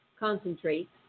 concentrates